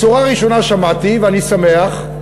בשורה ראשונה שמעתי, ואני שמח,